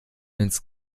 ins